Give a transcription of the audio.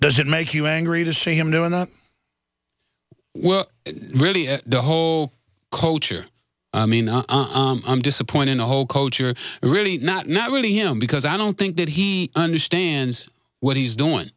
does it make you angry to see him doing up well really the whole culture i mean i'm disappoint in the whole culture really not not really him because i don't think that he understands what he's doing